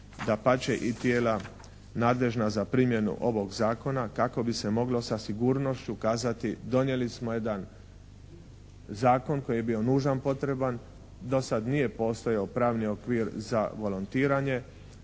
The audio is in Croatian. dapače i tijela nadležna za primjenu ovog Zakona kako bi se moglo sa sigurnošću kazati, donijeli smo jedan zakon koji je nužno potreban. Do sad nije postojao pravni okvir za volontiranje,